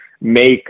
make